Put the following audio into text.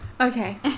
Okay